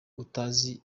utazi